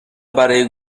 برای